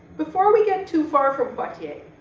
before we get too far from but yeah